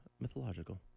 mythological